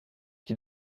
qui